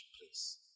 please